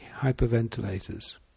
hyperventilators